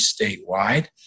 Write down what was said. statewide